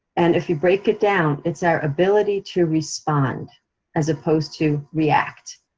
and if you break it down, it's our ability to respond as opposed to react,